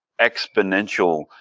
exponential